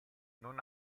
non